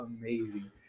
amazing